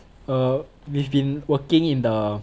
err we've been working in the